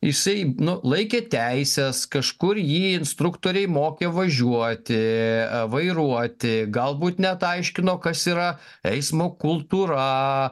jisai nu laikė teises kažkur jį instruktoriai mokė važiuoti vairuoti galbūt net aiškino kas yra eismo kultūrą